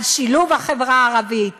על שילוב החברה הערבית והחרדית,